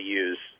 use